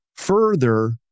Further